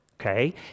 okay